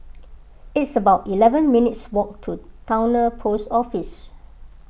it's about eleven minutes' walk to Towner Post Office